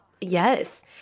Yes